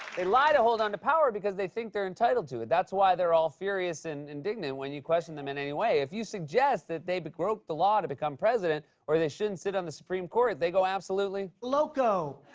they lie to hold on to power because they think they're entitled to it. that's why they're all furious and indignant when you question them in any way. if you suggest that they but broke the law to become president or they shouldn't sit on the supreme court, they go absolutely. loco.